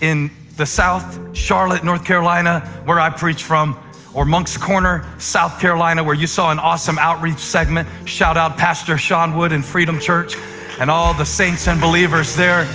in south charlotte, north carolina, where i preach from or moncks corner, south carolina, where you saw an awesome outreach segment shout-out pastor shawn wood and freedom church and all of the saints and believers there,